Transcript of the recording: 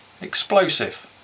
explosive